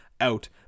out